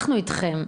אנחנו איתכם.